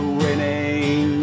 winning